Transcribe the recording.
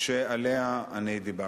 שעליה דיברתי.